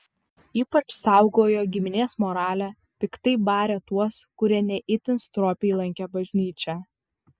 ypač saugojo giminės moralę piktai barė tuos kurie ne itin stropiai lankė bažnyčią